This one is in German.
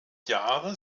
jahre